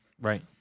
right